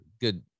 good